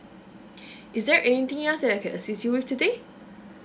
is there anything else that I can assist you with today